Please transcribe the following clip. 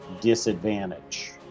disadvantage